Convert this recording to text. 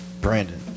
Brandon